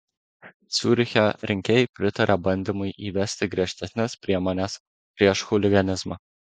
ciuriche rinkėjai pritarė bandymui įvesti griežtesnes priemones prieš chuliganizmą